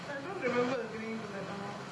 I don't remember agreeing to that amount